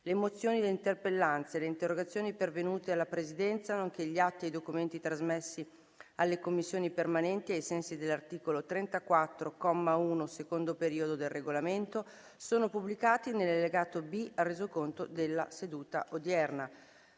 Le mozioni, le interpellanze e le interrogazioni pervenute alla Presidenza, nonché gli atti e i documenti trasmessi alle Commissioni permanenti ai sensi dell’articolo 34, comma 1, secondo periodo, del Regolamento sono pubblicati nell’allegato B al Resoconto della seduta odierna.